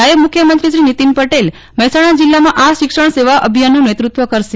નાયબ મુખ્યમંત્રી શ્રી નીતિન પટેલ મહેસાણા જિલ્લામાં આ શિક્ષણ સેવા અભિયાનનું નેતૃત્વ કરશે